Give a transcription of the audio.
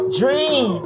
dream